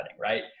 right